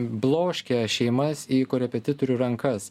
bloškia šeimas į korepetitorių rankas